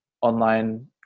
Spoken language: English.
online